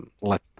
let